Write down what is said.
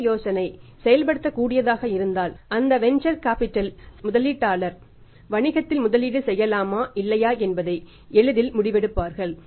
அந்த யோசனை செயல்படக்கூடியதாக இருந்தால் அந்த வேந்சர் கேபிடல்் முதலீட்டாளர் வணிகத்தில் முதலீடு செய்யலாமா இல்லையா என்பதை எளிதில் முடிவெடுப்பார்கள்